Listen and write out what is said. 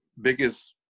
biggest